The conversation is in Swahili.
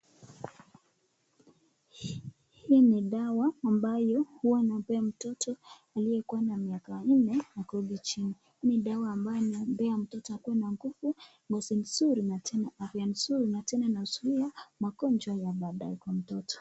Hii ni dawa ambayo huwa unapewa mtoto aliyekuwa na miaka nne na kurudi chini. Hii dawa ambayo unampea mtoto akuwe na nguvu ngozi mzuri na tena afya nzuri na tena inazuia magonjwa mabaya kwa mtoto.